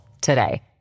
today